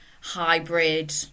hybrid